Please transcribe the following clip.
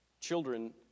Children